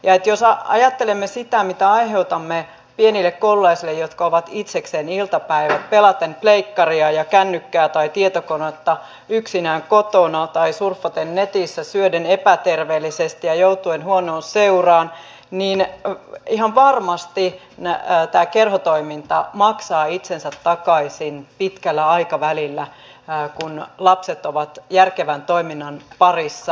ja jos ajattelemme sitä mitä aiheutamme pienille koululaisille jotka ovat itsekseen iltapäivät pelaten pleikkaria ja kännykkää tai tietokonetta yksinään kotona tai surffaten netissä syöden epäterveellisesti ja joutuen huonoon seuraan niin ihan varmasti tämä kerhotoiminta maksaa itsensä takaisin pitkällä aikavälillä kun lapset ovat järkevän toiminnan parissa